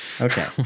Okay